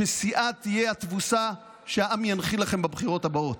ששיאה תהיה התבוסה שהעם ינחיל לכם בבחירות הבאות.